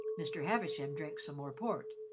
mr. havisham drank some more port.